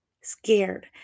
scared